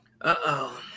Uh-oh